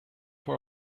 for